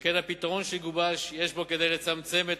שכן הפתרון שגובש יש בו כדי לצמצם את